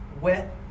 wet